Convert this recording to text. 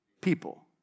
people